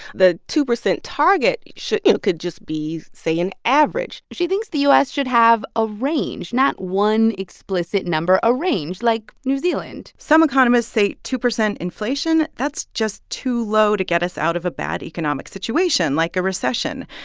the two percent target should you know, could just be, say, an average she thinks the u s. should have a range, not one explicit number, a range like new zealand some economists say two percent inflation that's just too low to get us out of a bad economic situation like a recession.